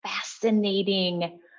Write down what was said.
fascinating